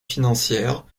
financière